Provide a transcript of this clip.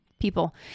people